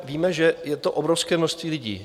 Víme, že je to obrovské množství lidí.